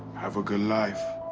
have a good life.